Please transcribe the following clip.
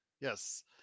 Yes